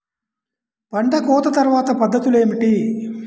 పంట కోత తర్వాత పద్ధతులు ఏమిటి?